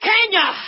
Kenya